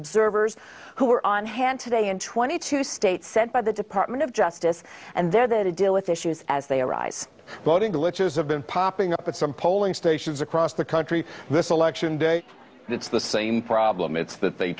observers who were on hand today in twenty two states set by the department of justice and they're there to deal with issues as they arise voting glitches have been popping up at some polling stations across the country this election day and it's the same problem it's that they